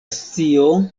scio